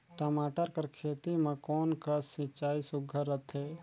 टमाटर कर खेती म कोन कस सिंचाई सुघ्घर रथे?